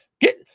Get